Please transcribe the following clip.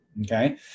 okay